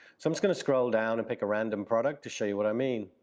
so i'm just gonna scroll down and pick a random product to show you what i mean.